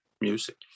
music